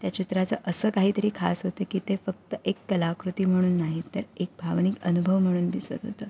त्या चित्राचं असं काहीतरी खास होतं की ते फक्त एक कलाकृती म्हणून नाही तर एक भावनिक अनुभव म्हणून दिसत होतं